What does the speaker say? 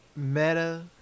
Meta